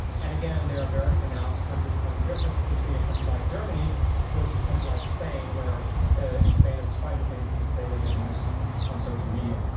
and again, there are very pronounced country-to-country differences between a country like germany versus a country like spain, where in spain, twice as many people say they get news on social media.